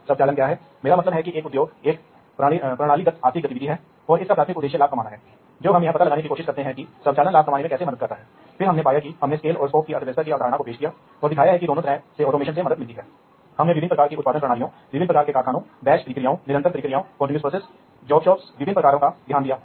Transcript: इसलिए हम पहले हम इस संरचना पर बुनियादी नज़र डालेंगे और इसकी तुलना सामान्य से करेंगे और एक सामान्य कंप्यूटर संचार मॉडल है जो बहुत लोकप्रिय है और अच्छी तरह से ज्ञात है जिसे ओपन सिस्टम इंटरकनेक्ट मॉडल कहा जाता है